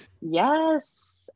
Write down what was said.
Yes